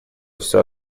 всё